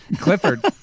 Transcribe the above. Clifford